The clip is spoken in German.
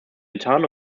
getan